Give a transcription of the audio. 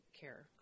care